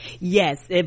yes